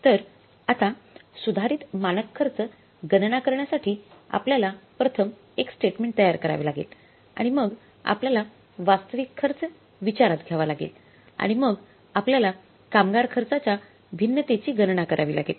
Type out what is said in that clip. तर आता सुधारित मानक खर्च गणना करण्यासाठी आपल्याला प्रथम एक स्टेटमेंट तयार करावे लागेल आणि मग आपल्याला वास्तविक खर्च विचारात घ्यावा लागेल आणि मग आपल्याला कामगार खर्चाच्या भिन्नतेची गणना करावी लागेल